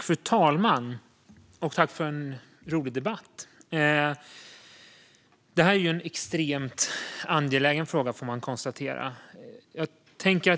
Fru talman! Tack för en rolig debatt! Detta är en extremt angelägen fråga, får man konstatera.